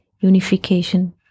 unification